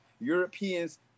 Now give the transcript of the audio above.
europeans